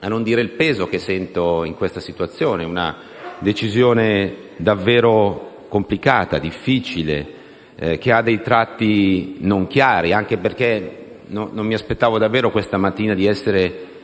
a non esprimere il peso che sento in questa situazione, davanti ad una decisione davvero complicata, difficile, che ha dei tratti non chiari, anche perché non mi aspettavo davvero questa mattina di essere